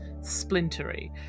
splintery